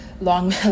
long